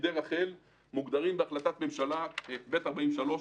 תפקידי רח"ל מוגדרים בהחלטת ממשלה ב/43,